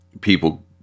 people